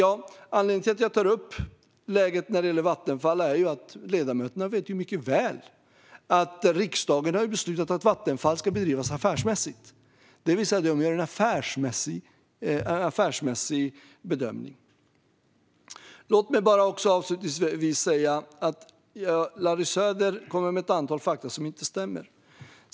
Anledningen till att jag tar upp Vattenfall är att ledamöterna mycket väl vet att riksdagen har beslutat att Vattenfall ska bedrivas affärsmässigt och göra affärsmässiga bedömningar. Larry Söder kommer med ett antal fakta som inte stämmer.